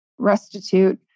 restitute